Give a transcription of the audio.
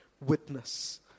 witness